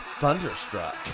Thunderstruck